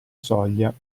soglia